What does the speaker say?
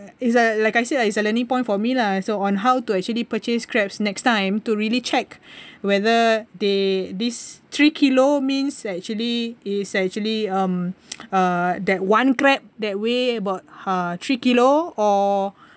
it's uh like I said like it's a learning point for me lah so on how to actually purchase crabs next time to really check whether they this three kilo means actually is actually um uh that one crab that weigh about uh three kilo or